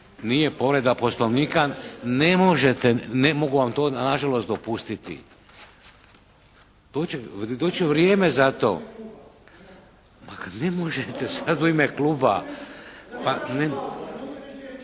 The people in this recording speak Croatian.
nije povreda Poslovnika. Ne možete, ne mogu vam to na žalost dopustiti! Doći će vrijeme za to. Ne možete sad u ime kluba.